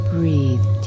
Breathe